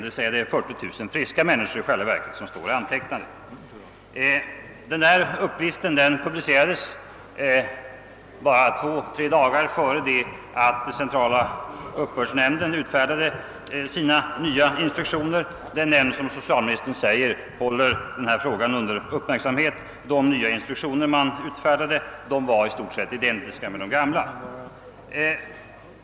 I själva verket är det-alltså 40 000 friska människor som står antecknade. : Denna uppgift: publicerades bara två —tre dagar innancentrala folkbokföringsoch uppbördsnämnden utfärdade sina nya instruktioner — den nämnd som socialministern säger har sin uppmärksamhet riktad på denna fråga. De nya instruktionerna var i stort sett identiska med de gamla.